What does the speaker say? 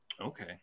Okay